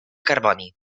carboni